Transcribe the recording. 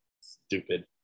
Stupid